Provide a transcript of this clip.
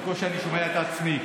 בקושי אני שומע את עצמי.